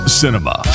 cinema